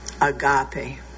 agape